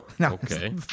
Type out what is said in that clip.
Okay